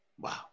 Wow